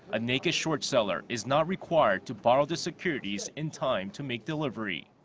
a naked short-seller is not required to borrow the securities in time to make delivery.